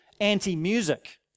anti-music